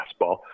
fastball